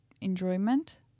enjoyment